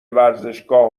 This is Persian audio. ورزشگاه